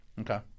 Okay